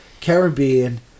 Caribbean